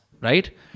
Right